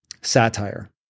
satire